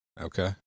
okay